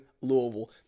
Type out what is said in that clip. Louisville